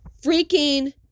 freaking